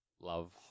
love